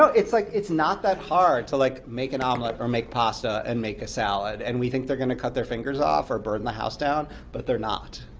so it's like it's not that hard to like make an omelet or make pasta and make a salad. and we think they're going to cut their fingers off or burn the house down, but they're not.